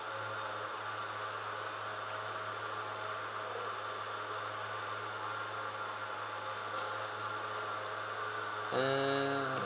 mm